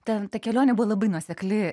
ten ta kelionė buvo labai nuosekli